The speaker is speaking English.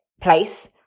place